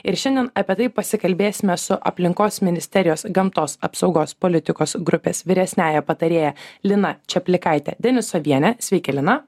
ir šiandien apie tai pasikalbėsime su aplinkos ministerijos gamtos apsaugos politikos grupės vyresniąja patarėja lina čaplikaite denisoviene sveiki lina